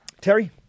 Terry